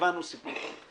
הבנו את הסיפור דרך.